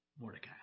Mordecai